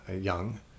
young